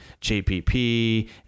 JPP